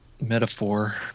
metaphor